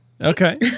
Okay